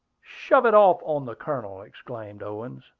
shove it off on the colonel! exclaimed owen.